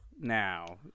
now